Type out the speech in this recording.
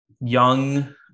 young